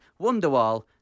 Wonderwall